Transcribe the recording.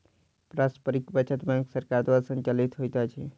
पारस्परिक बचत बैंक सरकार द्वारा संचालित होइत अछि